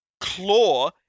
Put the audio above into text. claw